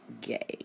gay